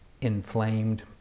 inflamed